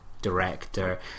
director